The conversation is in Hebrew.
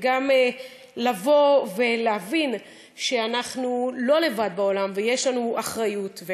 וגם לבוא ולהבין שאנחנו לא לבד בעולם ויש לנו אחריות.